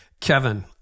Kevin